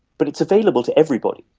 but it's available to everybody.